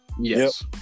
yes